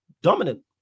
dominant